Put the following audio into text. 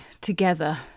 together